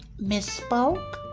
misspoke